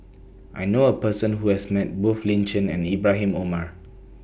I know A Person Who has Met Both Lin Chen and Ibrahim Omar